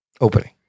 opening